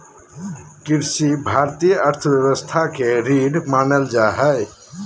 कृषि भारतीय अर्थव्यवस्था के रीढ़ मानल जा हइ